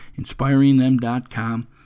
inspiringthem.com